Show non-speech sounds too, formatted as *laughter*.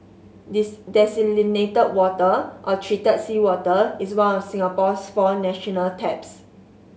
*unintelligible* desalinated water or treated seawater is one of Singapore's four national taps